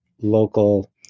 local